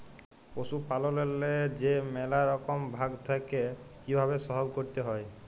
পশুপাললেল্লে যে ম্যালা রকম ভাগ থ্যাকে কিভাবে সহব ক্যরতে হয়